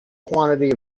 quantity